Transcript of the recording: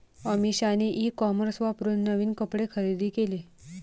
अमिषाने e commerce वापरून नवीन कपडे खरेदी केले